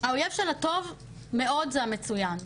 האויב של הטוב מאוד זה המצוין.